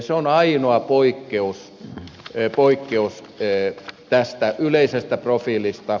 se on ainoa poikkeus tästä yleisestä profiilista